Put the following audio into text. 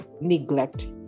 neglect